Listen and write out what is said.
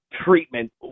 treatment